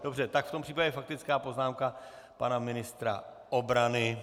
Dobře, tak v tom případě faktická poznámka pana ministra obrany.